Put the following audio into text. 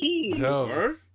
No